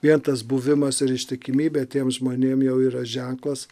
vien tas buvimas ir ištikimybė tiem žmonėm jau yra ženklas